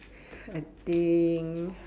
I think